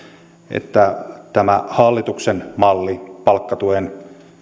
että tämä hallituksen malli palkkatuesta